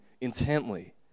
intently